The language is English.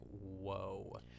whoa